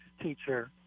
teacher